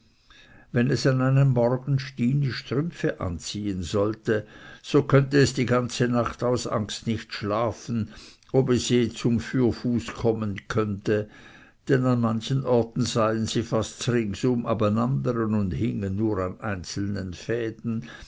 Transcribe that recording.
wenn es an einem morgen stinis strümpfe anziehen sollte so könnte es die ganze nacht aus angst nicht schlafen ob es je zum fürfuß kommen konnte denn an manchem ort seien sie fast zringsum abenandere und hingen nur an einzelnen fäden